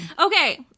Okay